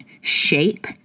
shape